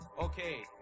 Okay